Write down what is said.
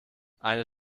eine